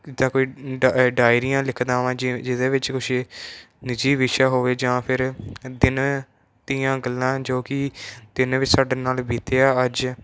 ਜਿੱਦਾਂ ਕੋਈ ਡ ਡਾਇਰੀਆਂ ਲਿਖਦਾ ਹਾਂ ਜਿਵੇਂ ਜਿਹਦੇ ਵਿੱਚ ਕੁਝ ਨਿਜੀ ਵਿਸ਼ਾ ਹੋਵੇ ਜਾਂ ਫਿਰ ਦਿਨ ਦੀਆਂ ਗੱਲਾਂ ਜੋ ਕੀ ਦਿਨ ਵੀ ਸਾਡੇ ਨਾਲ ਬੀਤਿਆ ਅੱਜ